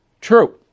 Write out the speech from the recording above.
True